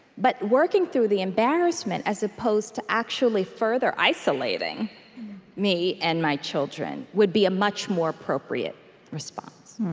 but working through the embarrassment, as opposed to actually further isolating me and my children, would be a much more appropriate response